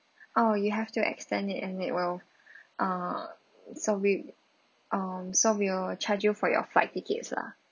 oh you have to extend it and it will uh serve with um serve your charge you for your flight tickets lah